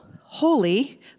holy